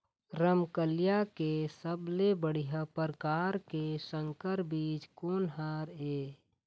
रमकलिया के सबले बढ़िया परकार के संकर बीज कोन हर ये?